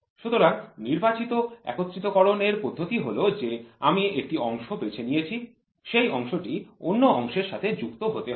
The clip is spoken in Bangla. সুতরাং নির্বাচিত একত্রিতকরণ এর পদ্ধতির অর্থ হল যে আমি একটি অংশ বেছে নিয়েছি সেই অংশটি অন্য অংশের সাথে যুক্ত হতে হবে